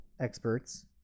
experts